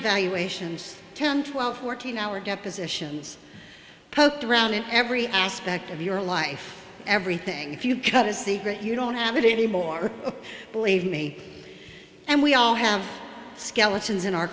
evaluations ten twelve fourteen hour depositions poked around in every aspect of your life everything if you cut a secret you don't have it anymore believe me and we all have skeletons in our